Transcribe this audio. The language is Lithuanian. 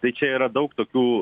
tai čia yra daug tokių